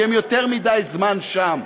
כי הם יותר מדי זמן שם.